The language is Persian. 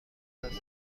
هستم